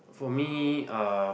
for me uh